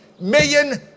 million